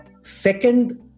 second